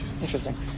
Interesting